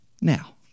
now